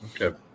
Okay